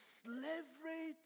slavery